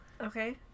Okay